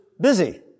busy